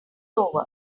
over